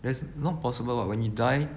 that's not possible [what] when you die